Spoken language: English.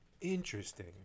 Interesting